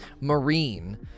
Marine